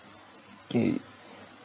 K